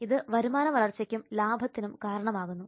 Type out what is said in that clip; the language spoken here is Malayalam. ഇത് വരുമാന വളർച്ചയ്ക്കും ലാഭത്തിനും കാരണമാകുന്നു